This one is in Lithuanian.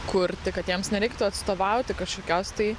kurti kad jiems nereiktų atstovauti kažkokios tai